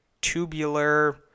tubular